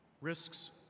risks